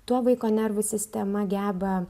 tuo vaiko nervų sistema geba